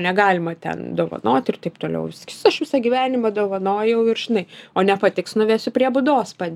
negalima ten dovanot ir taip toliau sakys aš visą gyvenimą dovanojau ir žinai o nepatiks nuvesiu prie būdos pad